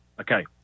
Okay